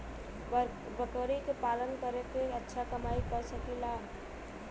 बकरी के पालन करके अच्छा कमाई कर सकीं ला?